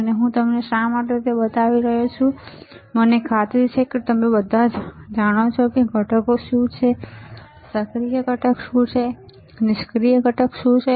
અને હું તમને તે શા માટે બતાવી રહ્યો છું મને ખાતરી છે કે તમે બધા જાણો છો કે ઘટકો શું છે સક્રિય ઘટકો શું છે નિષ્ક્રિય ઘટકો શું છે